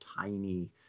tiny